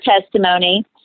testimony